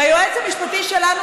והיועץ המשפטי שלנו,